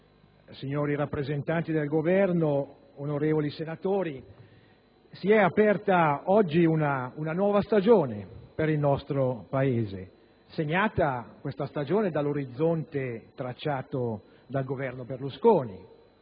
signori rappresentanti del Governo, onorevoli senatori, si è aperta oggi una nuova stagione per il nostro Paese, segnata dall'orizzonte tracciato dal Governo Berlusconi